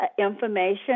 information